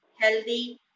healthy